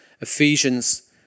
Ephesians